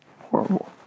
horrible